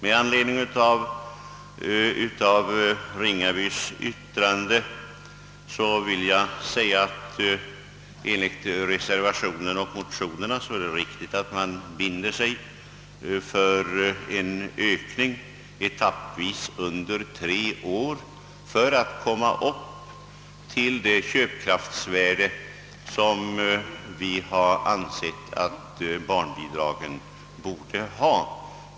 Med anledning av herr Ringabys yttrande vill jag säga att det enligt reservationen och motionerna är riktigt att man binder sig för en ökning etappvis under tre år för att komma upp till det köpkraftsvärde som vi har ansett att barnbidragen borde ha.